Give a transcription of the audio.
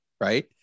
right